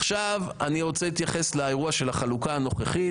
עכשיו אני רוצה להתייחס לאירוע של החלוקה הנוכחית